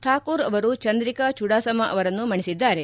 ಥಾಕೋರ್ ಅವರು ಚಂದ್ರಿಕಾ ಚುಡಾಸಮಾ ಅವರನ್ನು ಮಣಿಸಿದ್ದಾರೆ